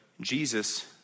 Jesus